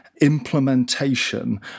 implementation